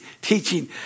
teaching